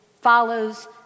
follows